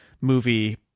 movie